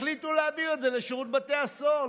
החליטו להעביר את זה לשירות בתי הסוהר,